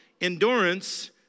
Endurance